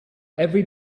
every